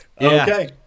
Okay